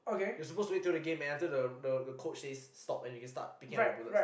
you're supposed to wait till the game end until the the the coach says stop and you start picking up your bullets